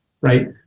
Right